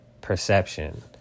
perception